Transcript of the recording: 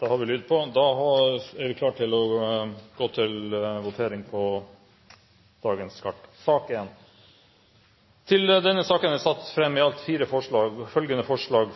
Da er vi klare til å gå til votering. Under debatten er det satt fram i alt fire forslag. Det er forslagene